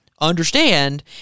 understand